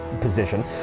position